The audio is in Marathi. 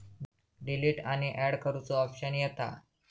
डिलीट आणि अँड करुचो ऑप्शन येता